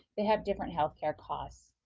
they have different health care costs.